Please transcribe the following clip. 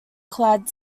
clad